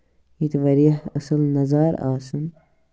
یَتھ واریاہ زیادٕ نَظارٕ آسن